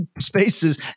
spaces